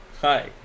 Hi